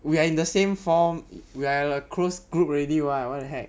we are in the same form we are at a close group already [what] what the heck